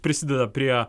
prisideda prie